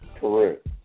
Correct